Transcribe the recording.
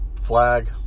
flag